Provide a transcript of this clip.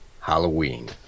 Halloween